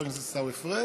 חבר הכנסת עיסאווי פריג',